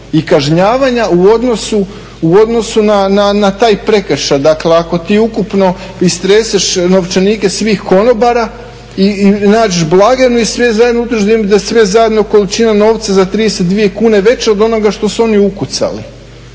i kažnjavanja u odnosu na taj prekršaj. Dakle ako ti ukupno istreseš novčanike svih konobara i nađeš blagajnu i sve zajedno … da sve je zajedno količina novca za 32 kune veća od onoga što su oni ukucali